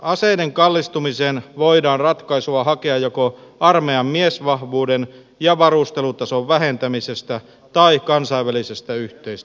aseiden kallistumiseen voidaan ratkaisua hakea joko armeijan miesvahvuuden ja varustelutason vähentämisestä tai kansainvälisestä yhteistyöstä